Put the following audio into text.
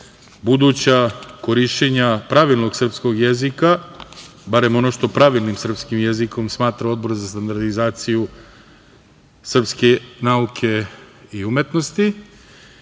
zabrana korišćenja pravilnog srpskog jezika, barem ono što pravilnim srpskim jezikom smatra Odbor za standardizaciju Srpske akademije nauke i umetnosti,